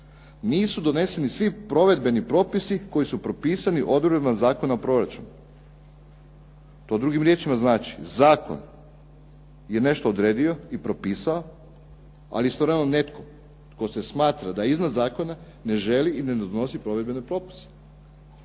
"Nisu doneseni svi provedbeni propisi koji su propisani odredbama Zakona o proračunu.". To drugim riječima znači, zakon je nešto odredio i propisao ali istovremeno netko tko se smatra da je iznad zakona ne želi i ne donosi provedbene propise.